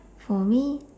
for me